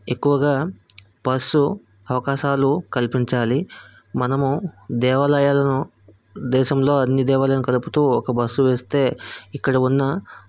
ఎక్కువగా బస్సు అవకాశాలు కల్పించాలి మనము దేవాలయాలను దేశంలో అన్ని దేవాలయాలను కలుపుతూ ఒక బస్సు వేస్తే ఇక్కడ ఉన్న